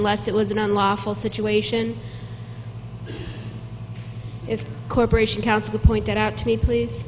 unless it was an unlawful situation if corporation counsel pointed out to me please